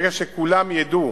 ברגע שכולם ידעו